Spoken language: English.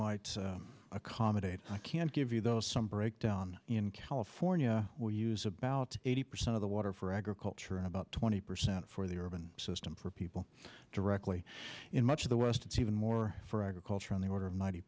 might accommodate i can't give you those some breakdown in california will use about eighty percent of the water for agriculture and about twenty percent for the urban system for people directly in much of the west it's even more for agriculture on the order of ninety